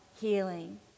healing